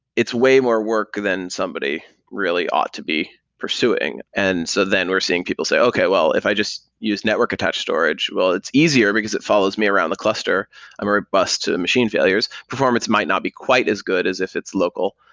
it's way more work than somebody really ought to be pursuing. and so then we're seeing people say, okay. well, if i just use network attached storage, well it's easier because it follows me around the cluster and we're bust to machine failures. performance might not be quite as good as if it's local,